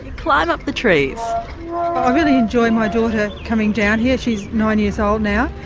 climb up the tree. i really enjoy my daughter coming down here, she's nine years old now,